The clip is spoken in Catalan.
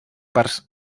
parts